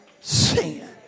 sin